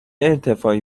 ارتفاعی